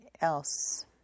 else